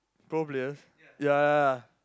pro players ya ya ya